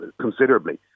considerably